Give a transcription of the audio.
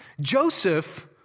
Joseph